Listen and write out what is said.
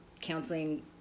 Counseling